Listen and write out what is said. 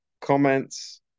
comments